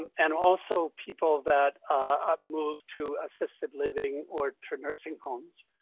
and and also, people that move to assisted living or to nursing homes.